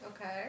Okay